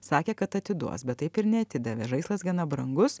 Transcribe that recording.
sakė kad atiduos bet taip ir neatidavė žaislas gana brangus